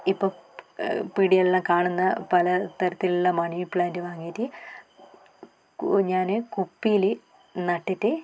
ഇപ്പം പീടികളിലെല്ലാം കാണുന്ന പല തരത്തിലുള്ള മണി പ്ലാൻറ് വാങ്ങിയിട്ട് ഞാൻ കുപ്പിയിൽ നട്ടിട്ട്